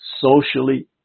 socially